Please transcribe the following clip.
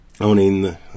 owning